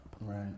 Right